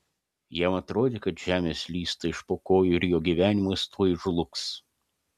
jam atrodė kad žemė slysta iš po kojų ir jo gyvenimas tuoj žlugs